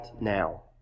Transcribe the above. now